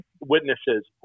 witnesses